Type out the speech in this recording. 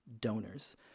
donors